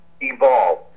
evolve